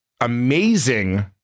amazing